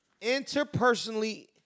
Interpersonally